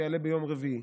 שיעלה ביום רביעי?